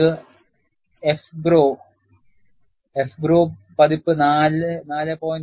നിങ്ങൾക്ക് AFGROW പതിപ്പ് 4